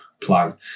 plan